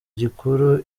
gikuru